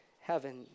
heaven